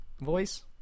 voice